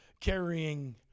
carrying